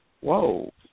whoa